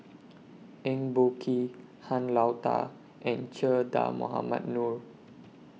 Eng Boh Kee Han Lao DA and Che Dah Mohamed Noor